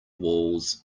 walls